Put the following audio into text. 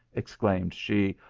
exclaimed she,